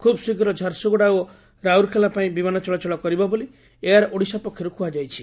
ଖୁବ ଶୀଘ୍ର ଝାରସୁଗୁଡା ଓ ରାଉରକେଲା ପାଇଁ ବିମାନ ଚଳାଚଳ କରିବ ବୋଲି ଏୟାର ଓଡିଶା ପକ୍ଷରୁ କୁହା ଯାଇଛି